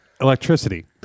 Electricity